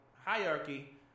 hierarchy